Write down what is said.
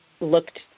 looked